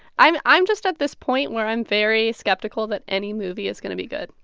i'm i'm just at this point where i'm very skeptical that any movie is going to be good.